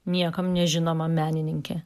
niekam nežinoma menininkė